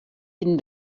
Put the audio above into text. den